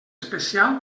especial